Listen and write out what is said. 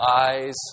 eyes